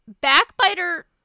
Backbiter